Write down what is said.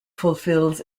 fulfills